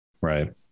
Right